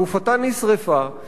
גופתה נשרפה,